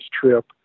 trip